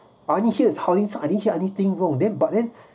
I only hear howling I didn't hear anything wrong then but then